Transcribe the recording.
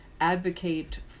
advocate